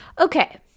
Okay